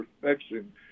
perfection